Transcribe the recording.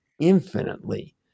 infinitely